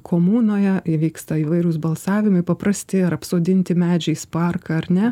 komunoje įvyksta įvairūs balsavimai paprasti ar apsodinti medžiais parką ar ne